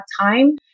time